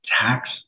tax